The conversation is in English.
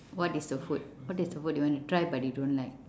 what is the food what is the food you want to try but you don't like